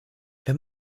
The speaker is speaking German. wenn